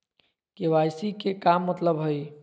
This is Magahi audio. के.वाई.सी के का मतलब हई?